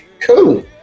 Cool